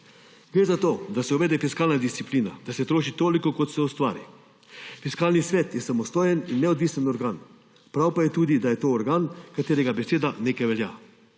»Gre za to, da se uvede fiskalna disciplina, da se troši toliko, kot se ustvari. Fiskalni svet je samostojen in neodvisen organ. Prav pa je tudi, da je to organ, katerega beseda nekaj velja.